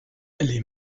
les